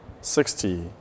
sixty